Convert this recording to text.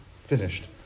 finished